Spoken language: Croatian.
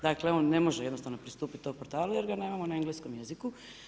Dakle on ne može jednostavno pristupit tom portalu jer ga nemamo na engleskom jeziku.